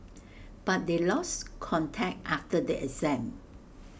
but they lost contact after the exam